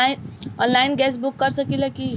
Online gas book कर सकिले की?